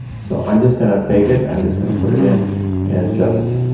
so i'm just gonna fake it. i'm just gonna put it in and just